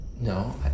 No